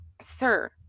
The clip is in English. sir